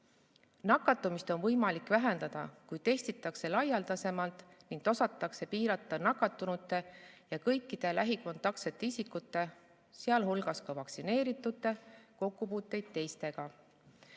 Nakatumist on võimalik vähendada, kui testitakse laialdasemalt ning osatakse piirata nakatunute ja kõikide lähikontaktsete isikute, sealhulgas vaktsineeritute kokkupuuteid teistega.